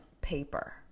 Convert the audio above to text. paper